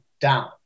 down